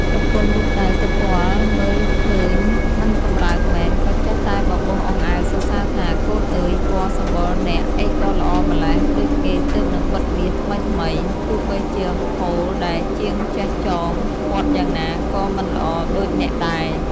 ប្រពន្ធលូកដៃទៅពាល់មើលឃើញមិនកំរើកមែន ក៏ចេះតែបបោស អង្អែលសរសើរថា “កូនអើយ! ពណ៌សំបុរអ្នកអីក៏ល្អម្ល៉េះ ដូចគេទើបនិងទីបមាសថ្មីៗ ទោះបីជាហូលដែលជាងចេះចង គាត់យ៉ាងណាក៏មិនល្អមិនដូចអ្នកដែរ ”។